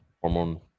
hormone